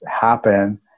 happen